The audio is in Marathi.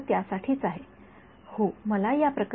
विद्यार्थी समजा या प्रकरणात आपण काहीतरी वेगळे